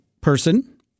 person